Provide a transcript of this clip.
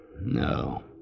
No